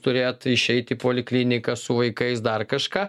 turėt išeit į polikliniką su vaikais dar kažką